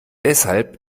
deshalb